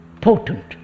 Potent